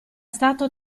stato